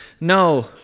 No